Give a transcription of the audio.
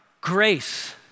grace